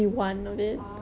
orh